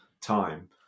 time